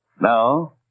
Now